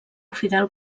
fidel